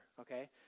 okay